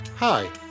Hi